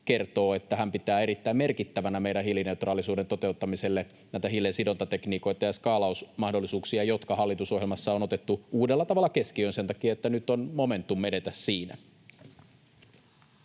että hän pitää erittäin merkittävänä meidän hiilineutraalisuuden toteuttamiselle näitä hiilen sidontatekniikoita ja skaalausmahdollisuuksia, jotka hallitusohjelmassa on otettu uudella tavalla keskiöön sen takia, että nyt on momentum edetä siinä.